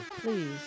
Please